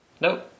Nope